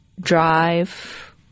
drive